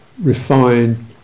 refined